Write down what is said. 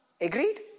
Agreed